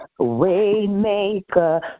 Waymaker